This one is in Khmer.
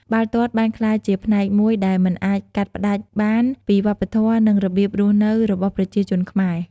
បាល់ទាត់បានក្លាយជាផ្នែកមួយដែលមិនអាចកាត់ផ្តាច់បានពីវប្បធម៌ និងរបៀបរស់នៅរបស់ប្រជាជនខ្មែរ។